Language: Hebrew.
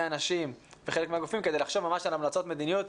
הנשים וחלק מהגופים כדי לחשוב ממש על המלצות מדיניות,